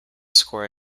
score